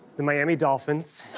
the miami dolphins.